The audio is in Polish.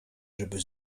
żeby